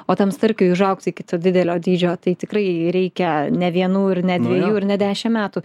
o tam starkiui užaugt iki didelio dydžio tai tikrai reikia ne vienų ir ne dvejų ir ne dešim metų